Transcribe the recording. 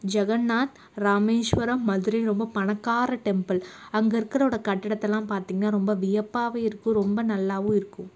ஜெகன்நாத் ராமேஸ்வரம் மதுரை ரொம்ப பணக்கார டெம்பிள் அங்கே இருக்கிறவரோட கட்டிடத்தலாம் பார்த்திங்கனா ரொம்ப வியப்பா இருக்கு ரொம்ப நல்லாவும் இருக்கும்